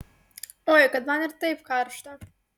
oi kad man ir taip karšta